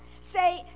say